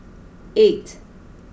eight